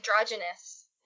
Androgynous